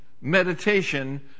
meditation